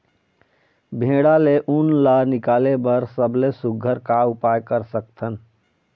भेड़ा ले उन ला निकाले बर सबले सुघ्घर का उपाय कर सकथन?